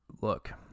Look